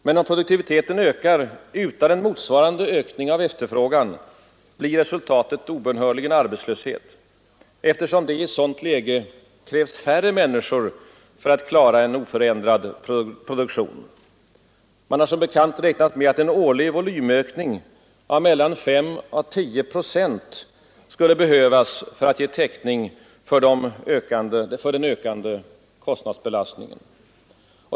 Men om produktiviteten ökar utan en motsvarande ökning av efterfrågan, blir resultatet obönhörligen arbetslöshet, eftersom det i ett sådant läge krävs färre människor för att klara en oförändrad produktion. Man har som bekant räknat med att en årlig volymökning av mellan 5 och 10 procent skulle behövas för att ge täckning för den ökande kostnadsbelastningen.